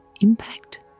impact